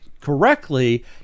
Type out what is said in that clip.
correctly